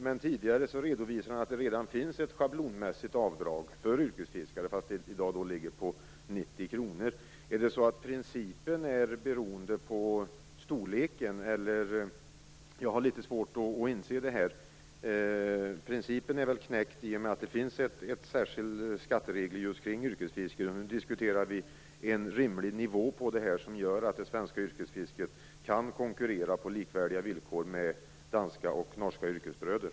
Men tidigare har han redovisat att det redan finns ett schablonmässigt avdrag för yrkesfiskare, även om det i dag ligger på 90 kr. Är det så att principen är beroende av storleken? Principen är väl knäckt i och med att det finns särskilda skatteregler kring just yrkesfisket. Nu diskuterar vi en rimlig nivå på det, som gör att de svenska yrkesfiskarna kan konkurrera på likvärdiga villkor med danska och norska yrkesbröder.